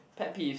pet peeves